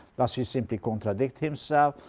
does he simply contradict himself,